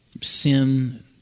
sin